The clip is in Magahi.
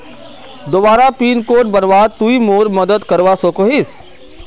दोबारा पिन कोड बनवात तुई मोर मदद करवा सकोहिस?